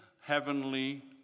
heavenly